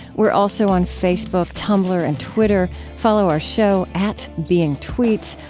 we're also on facebook, tumblr, and twitter. follow our show at beingtweets.